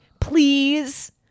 please